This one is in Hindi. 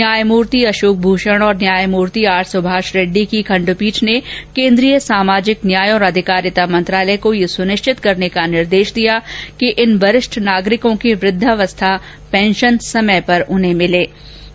न्यायमूर्ति अशोक भूषण और न्यायमूर्ति आर सुभाष रेड्डी की खंडपीठ ने केन्द्रीय सामाजिक न्याय और अधिकारिता मंत्रालय को यह सुनिश्चित करने का निर्देश दिया कि उन वरिष्ठ नागरिकों की वृद्धावस्था पेंशन समय पर उन्हें मिल जाये